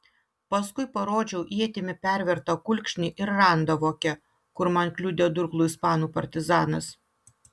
paskui parodžiau ietimi pervertą kulkšnį ir randą voke kur man kliudė durklu ispanų partizanas